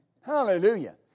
Hallelujah